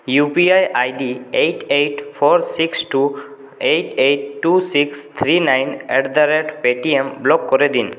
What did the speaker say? you P I I D block করে দিন eight eight four six two eight eight two six three nine at the rate pay T M